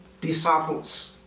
disciples